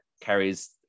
carries